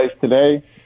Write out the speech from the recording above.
today